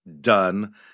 done